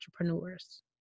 entrepreneurs